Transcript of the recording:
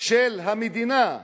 של המדינה,